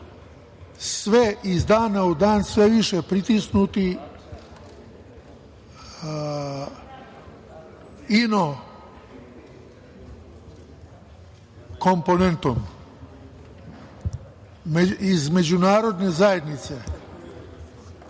iz dana u dan sve više pritisnuti inokomponentom iz međunarodne zajednice,